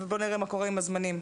בואו נראה מה קורה עם הזמנים,